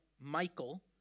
Michael